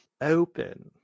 Open